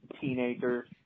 teenagers